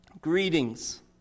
greetings